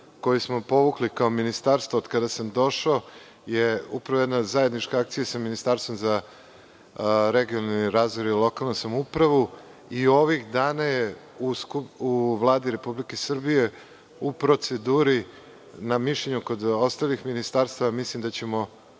koji smo povukli kao ministarstvo od kada sam došao je upravo jedna zajednička akcija sa Ministarstvom za regionalni razvoj i lokalnu samoupravu. Ovih dana je u Vladi Republike Srbije u proceduri, na mišljenju kod ostalih ministarstava, a mislim da ćemo